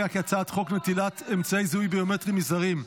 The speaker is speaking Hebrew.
חוק נטילת אמצעי זיהוי ביומטריים מזרים,